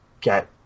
get